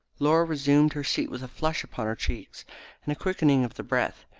laura resumed her seat with a flush upon her cheeks and a quickening of the breath.